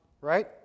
right